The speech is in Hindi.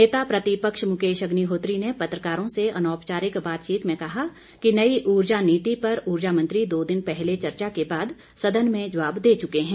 नेता प्रतिपक्ष मुकेश अग्निहोत्री ने पत्रकारों से अनौपचारिक बातचीत में कहा कि नई ऊर्जा नीति पर उर्जा मंत्री दो दिन पहले चर्चा के बाद सदन में जवाब दे चुके हैं